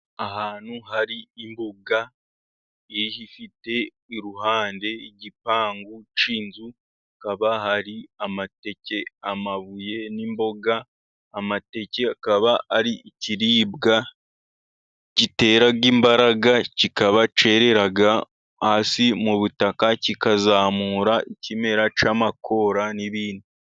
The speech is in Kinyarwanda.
Ahantu hari imbuga ifite iruhande igipangu cy 'inzu, kakaba hari amateke, amabuye, n'imboga, amateke akaba ari ikiribwa gitera imbaraga, kikaba cyerera hasi mu butaka, kikazamura ikimera cy'amakora n'ibindi.